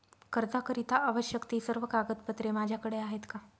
कर्जाकरीता आवश्यक ति सर्व कागदपत्रे माझ्याकडे आहेत का?